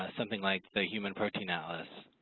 something like the human protein atlas.